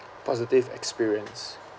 positive experience